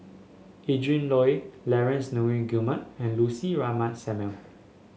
Adrin Loi Laurence Nunns Guillemard and Lucy Ratnammah Samuel